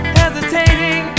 hesitating